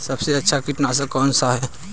सबसे अच्छा कीटनाशक कौन सा है?